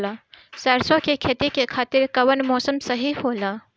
सरसो के खेती के खातिर कवन मौसम सही होला?